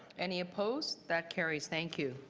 any opposed? that carries. thank you.